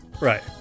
Right